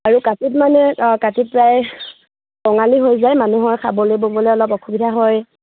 আৰু কাতিত মানে কাতিত প্ৰায় কঙালী হৈ যায় মানুহৰ খাবলৈ ববলৈ অলপ অসুবিধা হয়